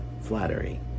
flattery